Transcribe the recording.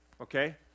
okay